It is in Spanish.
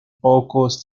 pocos